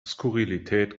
skurrilität